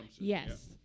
yes